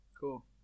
cool